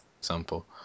example